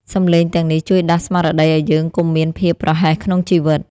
សំឡេងទាំងនេះជួយដាស់ស្មារតីឱ្យយើងកុំមានភាពប្រហែសក្នុងជីវិត។